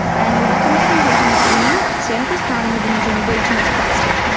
and we've all come to the conclusion, that we, santa cruz county, have been using way too much plastic.